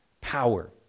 power